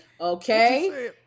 okay